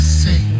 say